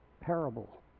parable